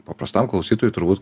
paprastam klausytojui turbūt